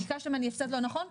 ביקשת ממני הפסד לא נכון,